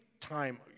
time